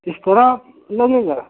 extra लगेगा